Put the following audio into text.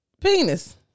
penis